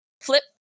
flip